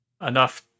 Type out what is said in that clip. enough